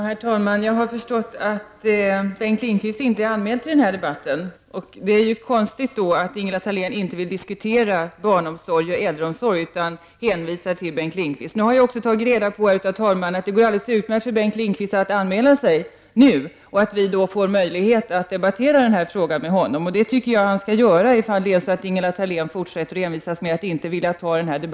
Herr talman! Jag har förstått att Bengt Lindqvist inte är anmäld till den här debatten. Det är konstigt att Ingela Thalén inte vill diskutera barnoch äldreomsorg, utan bara hänvisar till Bengt Lindqvist. Jag har tagit reda på av talmannen att det går alldeles utmärkt för Bengt Lindqvist att anmäla sig nu. Vi skulle då få möjlighet att debattera denna fråga med honom. Jag tycker att han skall anmäla sig till debatten, om Ingela Thalén envisas med att inte vilja ta upp frågan.